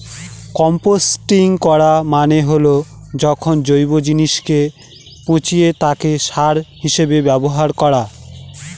composting করা মানে হল যখন জৈব জিনিসকে পচিয়ে তাকে সার হিসেবে ব্যবহার করা